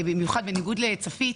בניגוד לצפית,